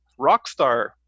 rockstar